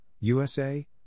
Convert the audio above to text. USA